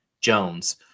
Jones